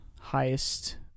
highest